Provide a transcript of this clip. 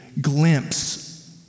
glimpse